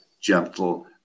gentle